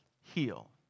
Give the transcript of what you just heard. heal